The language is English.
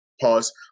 Pause